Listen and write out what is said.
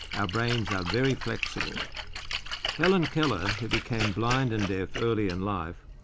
our brains are very flexible helen keller, who became blind and deaf early in life,